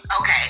Okay